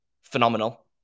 phenomenal